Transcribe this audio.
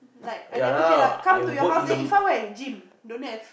like I never hear lah come to your house eh Ifan where gym don't have